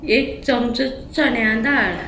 एक चमचो चण्या दाळ